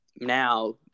Now